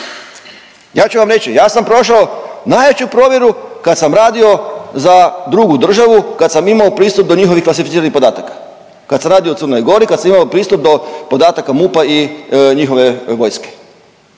Ja ću vam reći, ja sam prošao najveću provjeru kad sam radio za drugu državu, kad sam imao pristup do njihovih klasificiranih podataka, kad sam radio u Crnoj Gori, kad sam imao pristup do podataka MUP-a i njihove vojske,